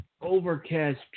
overcast